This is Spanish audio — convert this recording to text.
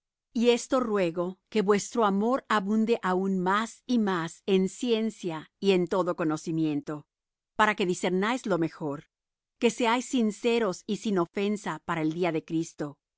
y esto ruego que vuestro amor abunde aun más y más en ciencia y en todo conocimiento para que discernáis lo mejor que seáis sinceros y sin ofensa para el día de cristo